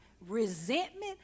resentment